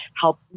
help